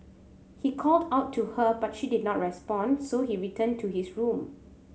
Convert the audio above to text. he called out to her but she did not respond so he returned to his room